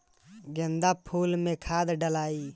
गेंदा फुल मे खाद डालाई?